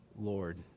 Lord